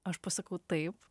aš pasakau taip